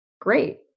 great